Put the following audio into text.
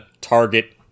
target